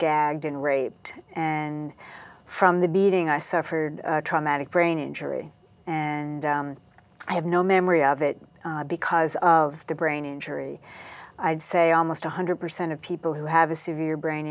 gagged and raped and from the beating suffered traumatic brain injury and i have no memory of it because of the brain injury i'd say almost one hundred percent of people who have a severe brain